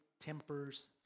tempers